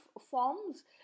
forms